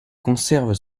conserve